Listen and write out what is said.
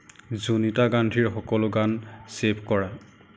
জোনিতা গান্ধীৰ সকলো গান ছেভ কৰা